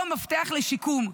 הוא המפתח לשיקום,